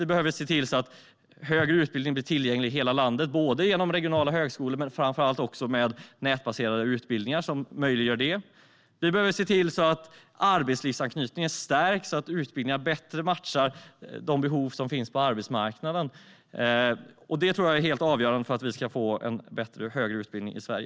Vi behöver se till att högre utbildning blir tillgänglig i hela landet både genom regionala högskolor och, framför allt, genom nätbaserade utbildningar som möjliggör detta. Vi behöver se till att arbetslivsanknytningen stärks så att utbildningarna bättre matchar de behov som finns på arbetsmarknaden. Det tror jag är helt avgörande för att vi ska få en bättre högre utbildning i Sverige.